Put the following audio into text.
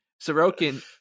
Sorokin